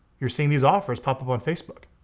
you're seeing these offers pop up on facebook.